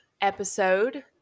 episode